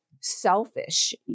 selfish